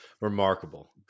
remarkable